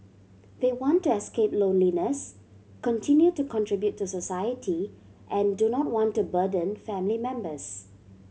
they want to escape loneliness continue to contribute to society and do not want to burden family members